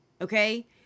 okay